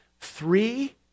Three